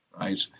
right